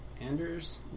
Anders